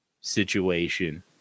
situation